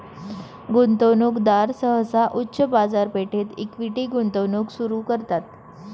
गुंतवणूकदार सहसा उच्च बाजारपेठेत इक्विटी गुंतवणूक सुरू करतात